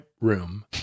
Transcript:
room—